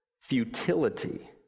futility